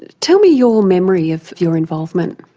ah tell me your memory of your involvement?